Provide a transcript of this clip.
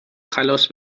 خلاص